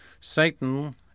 Satan